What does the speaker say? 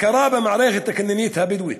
הכרה במערכת הקניינית הבדואית: